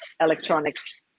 Electronics